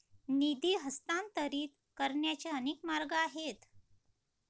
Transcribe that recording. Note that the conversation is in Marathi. निधी हस्तांतरित करण्याचे अनेक मार्ग आहेत